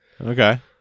Okay